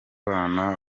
bana